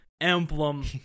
emblem